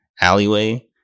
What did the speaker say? alleyway